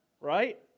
Right